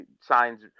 signs